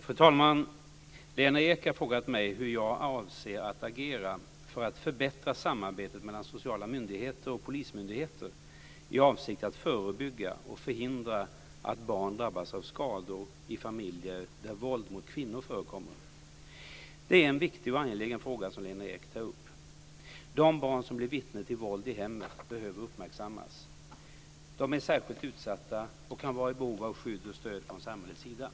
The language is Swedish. Fru talman! Lena Ek har frågat mig hur jag avser att agera för att förbättra samarbetet mellan sociala myndigheter och polismyndigheter i avsikt att förebygga och förhindra att barn drabbas av skador i familjer där våld mot kvinnor förekommer. Det är en viktig och angelägen fråga som Lena Ek tar upp. De barn som blir vittne till våld i hemmet behöver uppmärksammas. De är särskilt utsatta och kan vara i behov av skydd och stöd från samhällets sida.